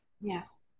Yes